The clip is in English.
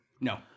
No